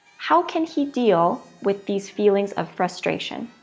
how can he deal with these feelings of frustration?